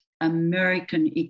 American